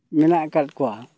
ᱢᱮᱱᱟᱜ ᱟᱠᱟᱫ ᱠᱚᱣᱟ